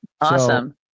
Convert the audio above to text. Awesome